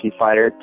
fighter